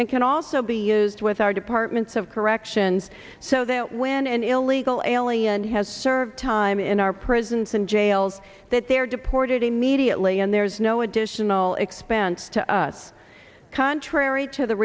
and can also be used with our departments of corrections so that when an illegal alien has served time in our prisons and jails that they are deported immediately and there's no additional expense to us contrary to the